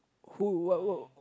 who what what